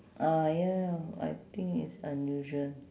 ah ya I think it's unusual